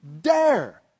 dare